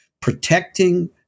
protecting